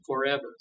forever